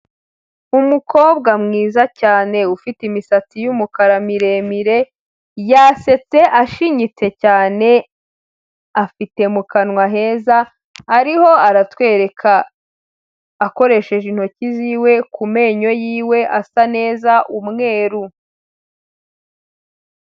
Umukobwa mwiza cyane ufite imisatsi y'umukara miremire, yasetse ashinyitse cyane, afite mu kanwa heza, ariho aratwereka akoresheje intoki ziwe ku menyo yiwe asa neza, umweru.